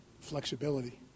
flexibility